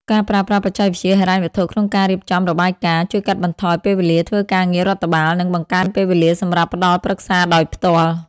ការប្រើប្រាស់បច្ចេកវិទ្យាហិរញ្ញវត្ថុ ក្នុងការរៀបចំរបាយការណ៍ ជួយកាត់បន្ថយពេលវេលាធ្វើការងាររដ្ឋបាល និងបង្កើនពេលវេលាសម្រាប់ផ្ដល់ប្រឹក្សាដោយផ្ទាល់។